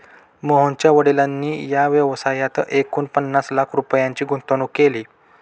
मोहनच्या वडिलांनी या व्यवसायात एकूण पन्नास लाख रुपयांची गुंतवणूक केली